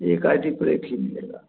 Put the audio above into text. एक I D पर एक ही मिलेगा